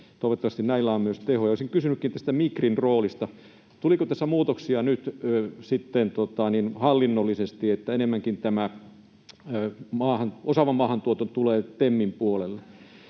toivottavasti näillä on myös tehoja. Olisin kysynytkin tästä Migrin roolista. Tuliko tässä muutoksia nyt sitten hallinnollisesti, että enemmänkin tämä osaava maahantulo tulee TEMin puolelle?